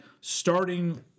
starting